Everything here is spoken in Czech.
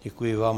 Děkuji vám.